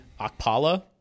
Akpala